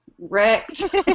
wrecked